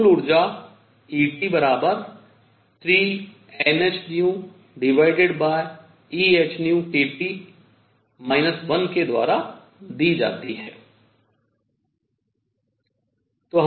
कुल ऊर्जा ET 3NhehνkT 1 के द्वारा दी जाती है